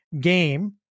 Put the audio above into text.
game